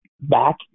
back